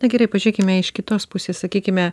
na gerai pažiūrėkime iš kitos pusės sakykime